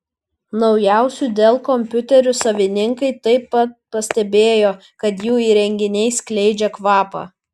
naujausių dell kompiuterių savininkai taip pat pastebėjo kad jų įrenginiai skleidžia kvapą